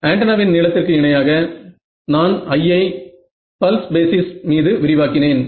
ஆன்டென்னாவின் நீளத்திற்கு இணையாக நான் I ஐ பல்ஸ் பேசிஸ் மீது விரிவாக்கினேன்